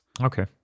Okay